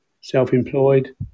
self-employed